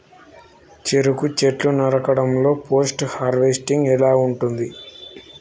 చెరుకు చెట్లు నరకడం లో పోస్ట్ హార్వెస్టింగ్ ఎలా ఉంటది?